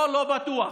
פה לא בטוח.